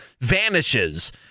vanishes